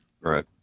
Right